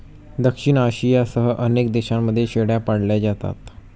दक्षिण आशियासह अनेक देशांमध्ये शेळ्या पाळल्या जातात